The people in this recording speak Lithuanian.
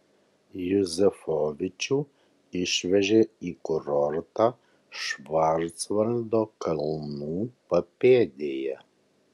juzefovičių išvežė į kurortą švarcvaldo kalnų papėdėje